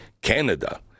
Canada